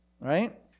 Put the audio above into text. right